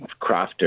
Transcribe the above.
crafters